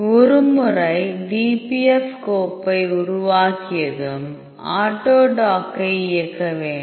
ஒரு முறை டிபிஎப் கோப்பை உருவாக்கியதும் ஆட்டோடாக்கை இயக்க வேண்டும்